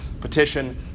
petition